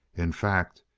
in fact,